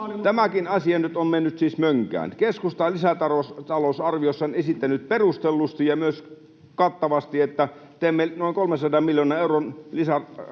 Tämäkin asia nyt on mennyt siis mönkään. Keskusta lisätalousarviossaan on esittänyt perustellusti ja myös kattavasti, että teemme noin 300 miljoonan euron lisärahoituksen